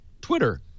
Twitter